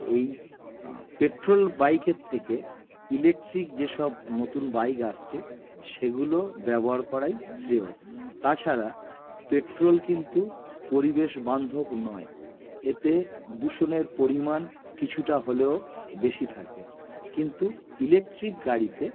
এই পেট্রোল বাইকের থেকে ইলেকট্রিক যেসব নতুন বাইক আসছে সেগুলো ব্যবহার করাই শ্রেয় তাছাড়া পেট্রোল কিন্তু পরিবেশবান্ধব নয় এতে দূষণের পরিমাণ কিছুটা হলেও বেশি থাকে কিন্তু ইলেকট্রিক গাড়িতে